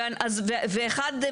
ואחד,